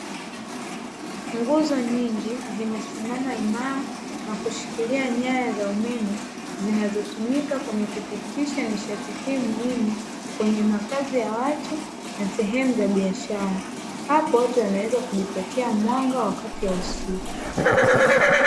Nguzo nyingi zimesimama imara na kushikilia nyaya za umeme zinazotumika kwenye kupitisha nishati hii muhimu, kwenye makazi ya watu na sehemu za biashara, hapo watu wanaweza kujipatia mwanga wakati wa usiku.